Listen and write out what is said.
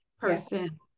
person